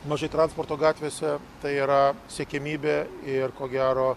mažai transporto gatvėse tai yra siekiamybė ir ko gero